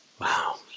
Wow